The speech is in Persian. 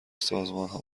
سازمانها